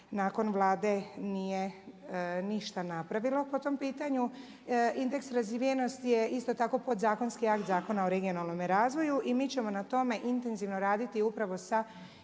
nakon Vlade nije ništa napravilo po tom pitanju. Indeks razvijenosti je isto tako podzakonski akt Zakona o regionalnome razvoju i mi ćemo na tome intenzivno raditi upravo sa